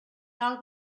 cal